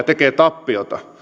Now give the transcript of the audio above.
tekee tappiota